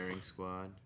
squad